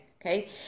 Okay